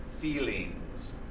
feelings